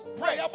pray